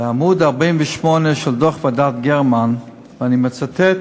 בעמוד 48 של דוח ועדת גרמן, ואני מצטט